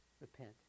Repent